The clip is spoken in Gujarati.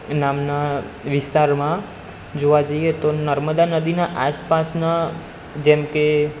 નામના વિસ્તારમાં જોવા જઈએ તો નર્મદા નદીના આસપાસના જેમકે